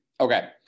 Okay